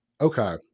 Okay